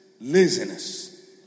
Laziness